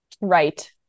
Right